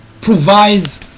provides